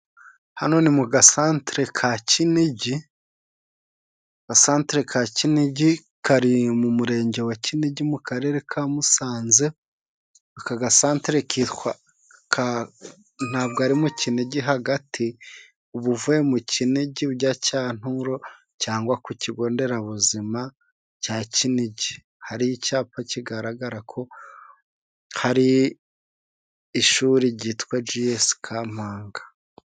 Hano ni mu gasantere ka Kinigi. Agasantere ka Kinigi kari mu Murenge wa Kinigi mu karere ka Musanze. Aka gasantere kitwa ka ntabwo ari mu Kinigi hagati, uba uvuye mu Kinigi ujya Cyanturo, cyangwa ku Kigo nderabuzima cya Kinigi. Hari icyapa kigaragara ko hari ishuri ryitwa Giyesi Kampanga.